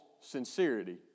sincerity